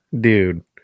dude